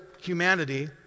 humanity